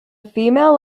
female